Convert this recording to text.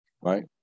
right